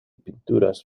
pinturas